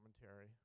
commentary